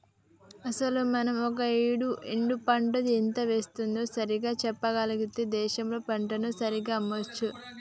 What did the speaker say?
అసలు మనం ఒక ఏడు పంట ఎంత వేస్తుందో సరిగ్గా చెప్పగలిగితే దేశంలో పంటను సరిగ్గా అమ్మొచ్చు